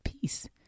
peace